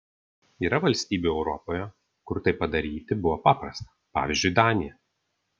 yra valstybių europoje kur tai padaryti buvo paprasta pavyzdžiui danija